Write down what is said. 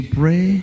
pray